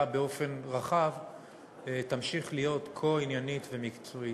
באופן רחב תמשיך להיות כה עניינית ומקצועית.